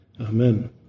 Amen